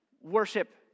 worship